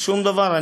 שום דבר.